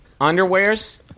Underwears